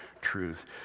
truth